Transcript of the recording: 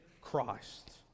christ